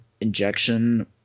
injection